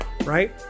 right